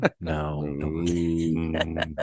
no